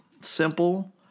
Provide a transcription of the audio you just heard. Simple